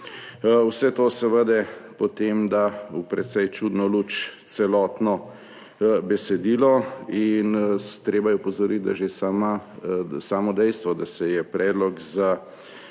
Vse to seveda potem v precej čudno luč da celotno besedilo. Treba je opozoriti, da že samo dejstvo, da se je pojavil